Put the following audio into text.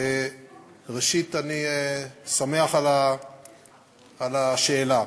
ראשית, אני שמח על השאלה.